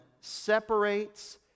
separates